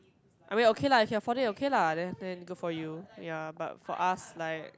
I mean okay lah can afford it okay lah then then good for you ya but for us like